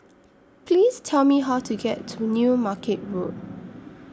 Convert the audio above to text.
Please Tell Me How to get to New Market Road